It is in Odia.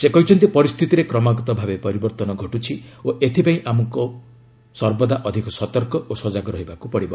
ସେ କହିଛନ୍ତି ପରିସ୍ଥିତିରେ କ୍ରମାଗତ ଭାବେ ପରିବର୍ତ୍ତନ ଘଟୁଛି ଓ ଏଥିପାଇଁ ଆମ ସମସ୍ତଙ୍କୁ ସର୍ବଦା ଅଧିକ ସତର୍କ ଓ ସଜାଗ ରହିବାକୁ ପଡ଼ିବ